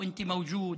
בצילום מהאוויר,